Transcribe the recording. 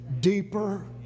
deeper